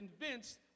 convinced